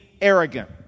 arrogant